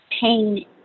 pain